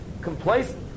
complacent